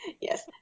Yes